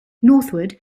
northward